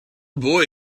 boy